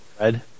Red